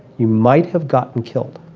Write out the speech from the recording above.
you might have gotten killed.